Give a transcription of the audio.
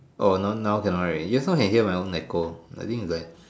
oh now now cannot already you also can hear my own echo I think it's like